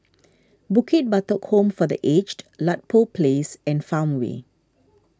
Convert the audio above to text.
Bukit Batok Home for the Aged Ludlow Place and Farmway